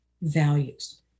values